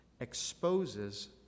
exposes